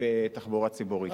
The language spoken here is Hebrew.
בתחבורה ציבורית.